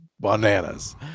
bananas